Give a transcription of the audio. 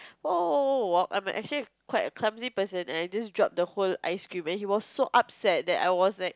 oh I'm actually quite a clumsy person and I just drop the whole ice cream and he was so upset that I was like